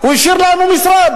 הוא השאיר לנו משרד.